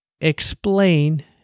explain